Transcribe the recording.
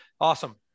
Awesome